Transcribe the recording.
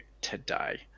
today